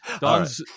Don's